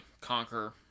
conquer